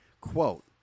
quote